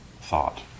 thought